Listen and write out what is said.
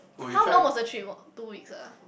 how long was the trip two weeks ah